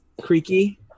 creaky